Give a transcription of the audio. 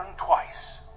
twice